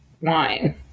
wine